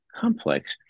complex